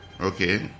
Okay